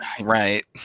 Right